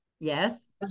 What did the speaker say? Yes